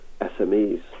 SMEs